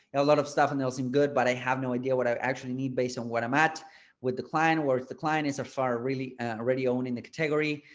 a lot of stuff in there was in good but i have no idea what i actually need based on what i'm at with the client or the client is afar really already own in the category.